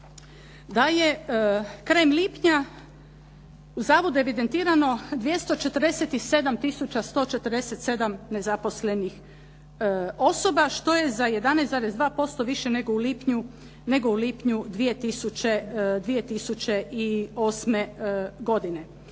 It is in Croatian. da je krajem lipnja u zavodu evidentirano 247 tisuća 147 nezaposlenih osoba, što je za 11,2% više nego u lipnju 2008. godine.